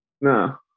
No